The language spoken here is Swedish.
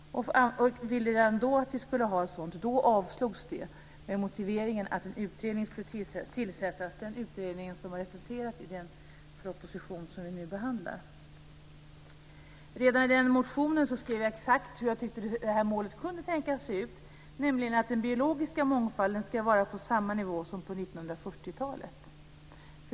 Jag ville redan då att vi skulle ha ett sådant mål. Då avslogs det med motiveringen att en utredning skulle tillsättas. Den utredningen har resulterat i den proposition som vi nu behandlar. Redan i den motionen skrev jag exakt hur målet kunde tänkas se ut, nämligen att den biologiska mångfalden ska vara på samma nivå som på 1940 talet.